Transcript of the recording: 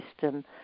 system